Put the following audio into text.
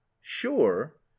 sure